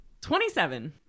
27